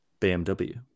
BMW